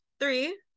three